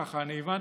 ככה אני הבנתי,